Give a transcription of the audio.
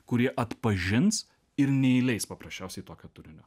kurie atpažins ir neįleis paprasčiausiai tokio turinio